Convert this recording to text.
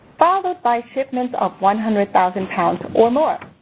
followed by shipments of one hundred thousand pounds or more.